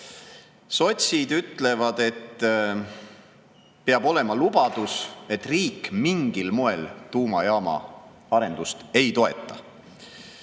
Sotsid ütlevad, et peab olema lubadus, et riik mingil moel tuumajaama arendust ei toeta.